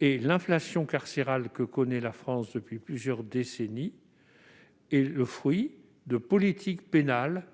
L'inflation carcérale que connaît la France depuis plusieurs décennies est avant tout le fruit des politiques pénales